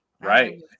Right